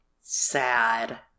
sad